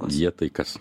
jie tai kas